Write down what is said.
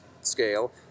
scale